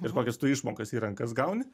ir kokias tu išmokas į rankas gauni